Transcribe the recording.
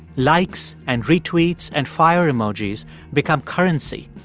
likes and retweets and fire emojis become currency,